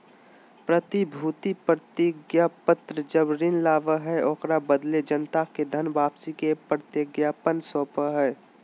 प्रतिभूति प्रतिज्ञापत्र जब ऋण लाबा हइ, ओकरा बदले जनता के धन वापसी के प्रतिज्ञापत्र सौपा हइ